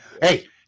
Hey